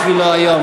בשבילו היום,